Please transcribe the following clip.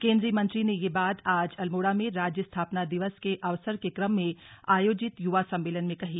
केन्द्रीय मंत्री ने ये बात आज अल्मोड़ा मे राज्य स्थापना दिवस के अवसर के कम मे आयोजित युवा सम्मेलन मे कही